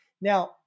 Now